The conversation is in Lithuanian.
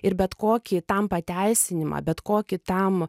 ir bet kokį tam pateisinimą bet kokį tam